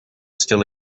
still